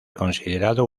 considerado